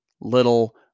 little